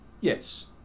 Yes